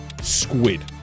squid